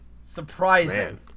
Surprising